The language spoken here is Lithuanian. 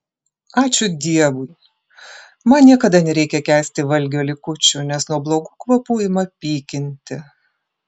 ačiū dievui man niekada nereikia kęsti valgio likučių nes nuo blogų kvapų ima pykinti